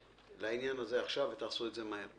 לעניין הזה עכשיו ותעשו את זה מהר.